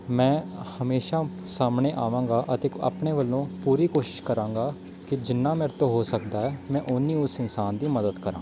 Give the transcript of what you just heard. ਮੈਂ ਹਮੇਸ਼ਾ ਸਾਹਮਣੇ ਆਵਾਂਗਾ ਅਤੇ ਆਪਣੇ ਵੱਲੋਂ ਪੂਰੀ ਕੋਸ਼ਿਸ਼ ਕਰਾਂਗਾ ਕਿ ਜਿੰਨਾ ਮੇਰੇ ਤੋਂ ਹੋ ਸਕਦਾ ਐ ਮੈਂ ਉੰਨੀ ਉਸ ਇਨਸਾਨ ਦੀ ਮਦਦ ਕਰਾਂ